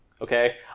okay